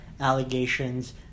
allegations